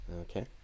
Okay